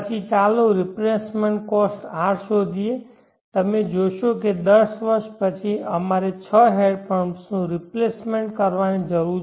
પછી ચાલો replacement cost R શોધી નાખીએ તેથી તમે જોશો કે 10 વર્ષ પછી અમારે 6 હેન્ડપંપ્સનું રિપ્લેસમેન્ટ કરવાની જરૂર છે